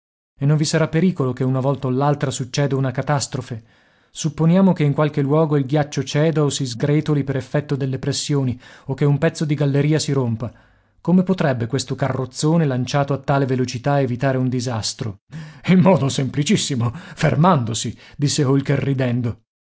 e non vi sarà pericolo che una volta o l'altra succeda una catastrofe supponiamo che in qualche luogo il ghiaccio ceda o si sgretoli per effetto delle pressioni o che un pezzo di galleria si rompa come potrebbe questo carrozzone lanciato a tale velocità evitare un disastro in un modo semplicissimo fermandosi disse holker ridendo